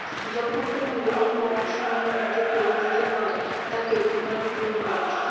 যখন কোনো লোন কম সময়ের মধ্যে ফেরত দিতে হয় তাকে ডিমান্ড লোন বলে